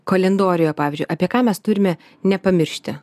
kalendoriuje pavyzdžiui apie ką mes turime nepamiršti